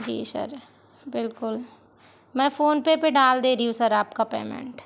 जी sir बिल्कुल मैं PhonePe पर डाल दे रही हूँ सर आपका पेमेंट